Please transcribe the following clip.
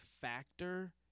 factor